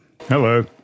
Hello